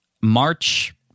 March